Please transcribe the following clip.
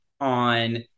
on